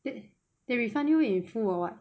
they they refund you in full ah